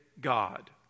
God